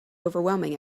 overwhelming